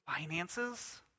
finances